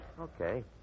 Okay